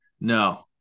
no